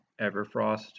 Everfrost